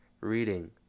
reading